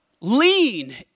Lean